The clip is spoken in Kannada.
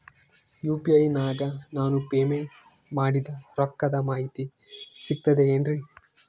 ಯು.ಪಿ.ಐ ನಾಗ ನಾನು ಪೇಮೆಂಟ್ ಮಾಡಿದ ರೊಕ್ಕದ ಮಾಹಿತಿ ಸಿಕ್ತದೆ ಏನ್ರಿ?